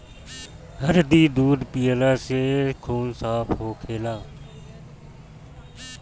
हरदी दूध पियला से खून साफ़ होखेला